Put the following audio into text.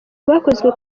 bwakozwe